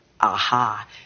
aha